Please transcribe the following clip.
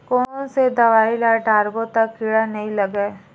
कोन से दवाई ल डारबो त कीड़ा नहीं लगय?